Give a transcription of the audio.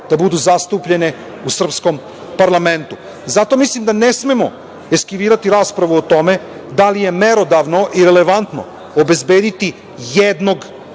da budu zastupljene u srpskom parlamentu. Zato mislim da ne smemo eskivirati raspravu o tome da li je merodavno i relevantno obezbediti jednog